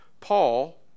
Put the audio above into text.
Paul